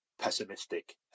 pessimistic